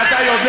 ואתה יודע,